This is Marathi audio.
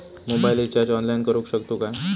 मोबाईल रिचार्ज ऑनलाइन करुक शकतू काय?